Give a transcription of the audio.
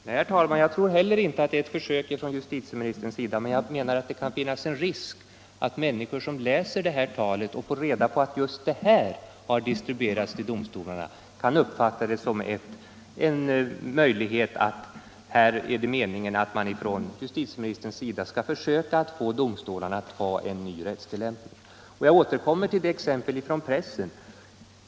Herr talman! Jag tror inte heller att det är ett försök från justitieministerns sida att påverka domstolarna, men jag menar att det kan finnas risk för att människor, som läser talet och får reda på att just det har distribuerats till domstolarna, kan uppfatta det som en möjlighet att justitieministern vill försöka få domstolarna att gå över till en ny rättstillämpning. Jag återkommer till exemplet som återgivits i pressen.